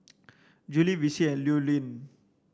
Julie Vicy and Llewellyn